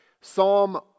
Psalm